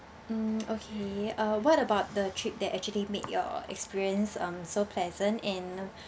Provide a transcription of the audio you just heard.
mm okay uh what about the trip that actually make your experience um so pleasant and